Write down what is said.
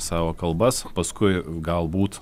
savo kalbas paskui galbūt